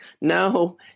No